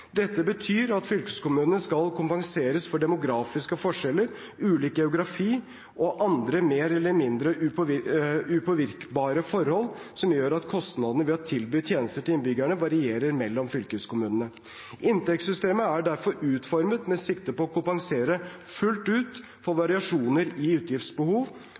Dette betyr at fylkeskommunene skal kompenseres for demografiske forskjeller, ulik geografi og andre mer eller mindre upåvirkbare forhold som gjør at kostnadene ved å tilby tjenester til innbyggerne varierer mellom fylkeskommunene. Inntektssystemet er derfor utformet med sikte på å kompensere fullt ut for variasjoner i utgiftsbehov